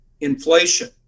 inflation